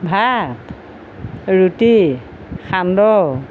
ভাত ৰুটি সান্দহ